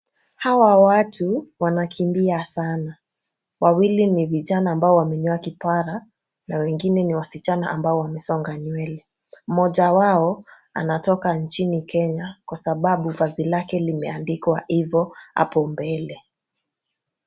Hawa watu wanakimbia sana. Wawili ni vijana ambao wamenyoa kipara na wengine ni wasichana ambao wamesonga nywele. Mmoja wao anatoka nchini Kenya kwa sababu vazi lake limeandikwa ivo apo mbele.